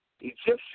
Egyptian